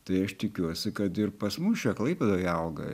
tai aš tikiuosi kad ir pas mus čia klaipėdoj auga